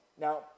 Now